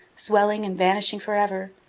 swelling and vanishing forever,